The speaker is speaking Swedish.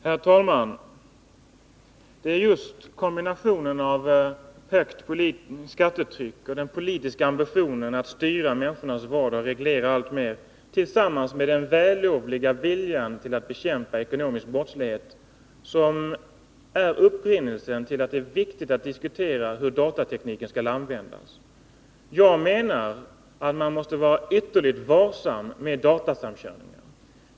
Herr talman! Det är just kombinationen av högt skattetryck och den politiska ambitionen att styra människors vardag och reglera alltmer, tillsammans med den vällovliga viljan att bekämpa den ekonomiska brottsligheten, som gör att det är viktigt att diskutera hur datatekniken skall användas. Jag menar att man måste vara ytterligt varsam med datasamkörningar.